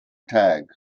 tag